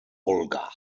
olga